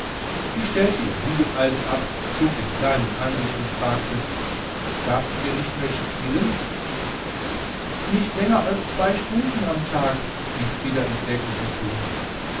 sie stellte ihr bügeleisen ab zog den kleinen an sich und fragte darfst du denn nicht spielen nicht länger als zwei stunden im tag rief frieder in kläglichem ton